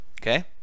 Okay